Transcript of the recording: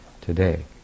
today